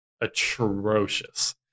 atrocious